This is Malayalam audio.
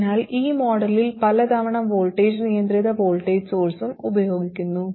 അതിനാൽ ഈ മോഡിൽ പല തവണ വോൾട്ടേജ് നിയന്ത്രിത വോൾട്ടേജ് സോഴ്സ്ം ഉപയോഗിക്കുന്നു